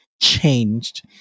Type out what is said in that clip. changed